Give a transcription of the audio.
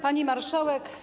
Pani Marszałek!